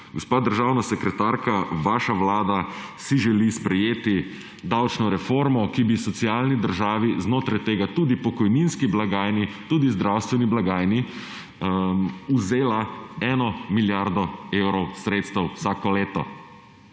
Gospa državna sekretarka, vaša vlada si želi sprejeti davčno reformo, ki bi socialni državi, znotraj tega tudi pokojninski blagajni, tudi zdravstveni blagajni, vzela 1 milijardo evrov sredstev vsako leto